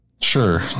Sure